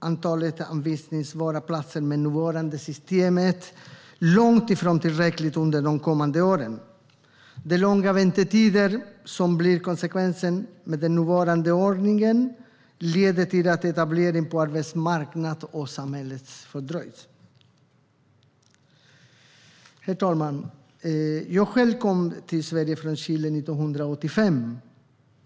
Antalet anvisningsbara platser med nuvarande system blir långt ifrån tillräckligt under de kommande åren, vilket konstateras i betänkandet. De långa väntetiderna, konsekvensen av den nuvarande ordningen, leder till att etableringen på arbetsmarknaden och i samhället fördröjs. Jag själv kom till Sverige från Chile 1985.